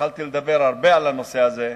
יכולתי לדבר הרבה על הנושא הזה,